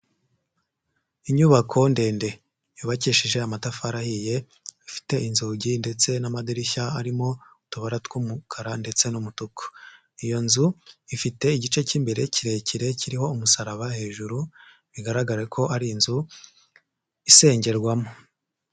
Inyubako ndende yubakishije amatafari ahiye, afite inzugi ndetse n'amadirishya arimo utubara tw'umukara ndetse n'umutuku, iyo nzu ifite igice cy'imbere kirekire kiriho umusaraba hejuru, bigaragare ko ari inzu isengerwamo.